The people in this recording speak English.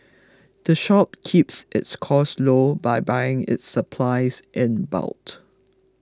the shop keeps its costs low by buying its supplies in boat